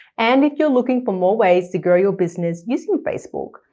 and if you're looking for more ways to grow your business using facebook,